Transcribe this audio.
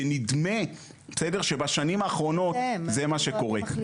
שנדמה שבשנים האחרונות שזה מה שקורה.